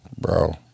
bro